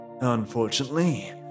Unfortunately